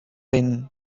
binnen